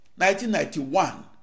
1991